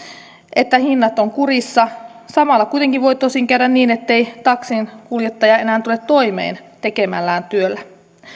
että hinnat ovat kurissa samalla kuitenkin voi tosin käydä niin ettei taksinkuljettaja enää tule toimeen tekemällään työllä